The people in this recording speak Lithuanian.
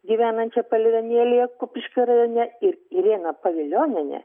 gyvenančią palėvenėlėje kupiškio rajone ir ireną pavilionienę